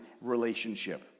relationship